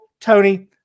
Tony